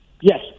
yes